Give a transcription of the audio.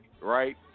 right